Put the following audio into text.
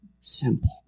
simple